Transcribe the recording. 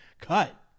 cut